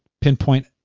pinpoint